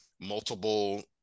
multiple